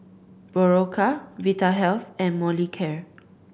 Berocca Vitahealth and Molicare